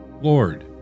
Lord